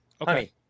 Okay